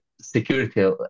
security